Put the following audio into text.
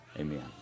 Amen